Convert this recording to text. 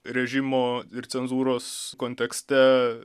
režimo ir cenzūros kontekste